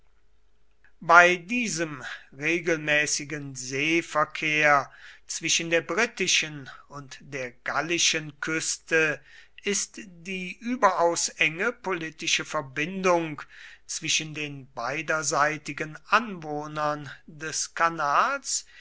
bei diesem regelmäßigen seeverkehr zwischen der britischen und der gallischen küste ist die überaus enge politische verbindung zwischen den beiderseitigen anwohnern des kanals